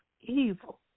evil